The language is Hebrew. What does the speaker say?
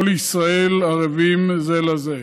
כל ישראל ערבים זה לזה.